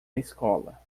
escola